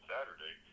Saturday